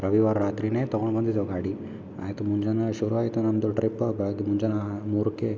ರವಿವಾರ ರಾತ್ರಿನೇ ತಗೊಂಡು ಬಂದಿದೇವು ಗಾಡಿ ಆಯಿತು ಮುಂಜಾನೆ ಶುರು ಆಯಿತು ನಮ್ಮದು ಟ್ರಿಪ್ಪ ಬೆಳಗ್ಗೆ ಮುಂಜಾನೆ ಮೂರುಕ್ಕೆ